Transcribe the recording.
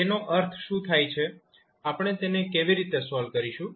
તેનો અર્થ શું થાય છે આપણે તેને કેવી રીતે સોલ્વ કરીશું